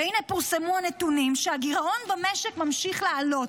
הינה, פורסמו הנתונים שהגירעון במשק ממשיך לעלות.